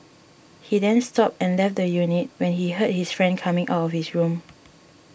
he then stopped and left the unit when he heard his friend coming out of his room